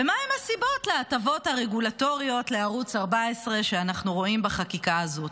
ומהן הסיבות להטבות הרגולטוריות לערוץ 14 שאנחנו רואים בחקיקה הזאת?